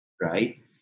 right